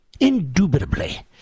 indubitably